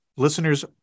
listeners